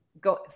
go